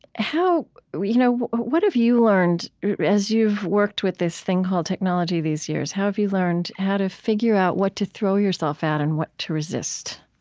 you know what have you learned as you've worked with this thing called technology these years? how have you learned how to figure out what to throw yourself at and what to resist?